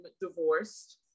divorced